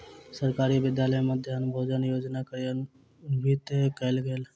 सरकारी विद्यालय में मध्याह्न भोजन योजना कार्यान्वित कयल गेल